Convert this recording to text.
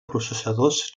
processadors